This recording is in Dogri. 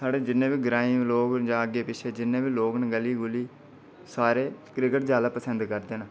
साढ़े जिन्ने बी ग्राईं लोग न अग्गै पिच्छै जिन्ने बी लोग न गली सारे क्रिकेट जादै पसंद करदे न